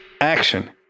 Action